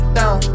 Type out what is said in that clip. down